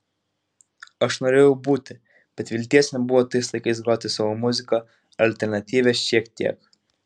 aš norėjau būti bet vilties nebuvo tais laikais groti savo muziką alternatyvią šiek tiek